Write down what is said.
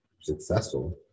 successful